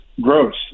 gross